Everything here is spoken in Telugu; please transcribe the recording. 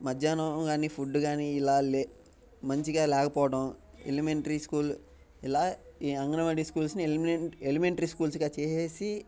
మధ్యాహ్నం కానీ ఫుడ్ కానీ ఇలా లే మంచిగా లేకపోడం ఎలిమెంటరీ స్కూల్ ఇలా అంగన్వాడి స్కూల్స్ని ఎలిమెంటరీ స్కూల్స్గా చేసి